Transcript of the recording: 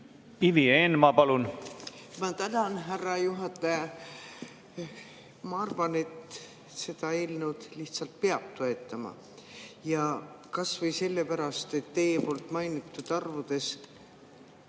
Ivi Eenmaa, palun! Ma tänan, härra juhataja! Ma arvan, et seda eelnõu lihtsalt peab toetama, kas või sellepärast, et teie mainitud arvude